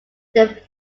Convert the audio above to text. they